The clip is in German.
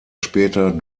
später